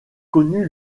connu